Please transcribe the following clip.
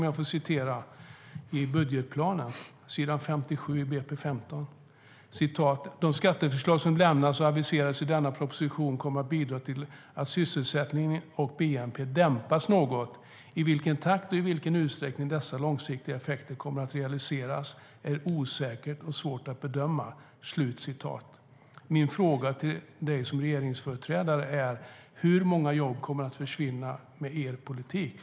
Jag citerar ur budgetplanen, från s. 57 i budgetpropositionen för 2015: "De skatteförslag som lämnas och aviseras i denna proposition kommer att bidra till att sysselsättningen och BNP dämpas något. I vilken takt och i vilken utsträckning dessa långsiktiga effekter kommer att realiseras är osäkert och svårt att bedöma. "